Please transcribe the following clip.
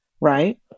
right